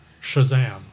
Shazam